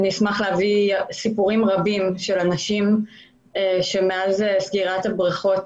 סיפורים רבים של אנשים שמאז סגירת הבריכות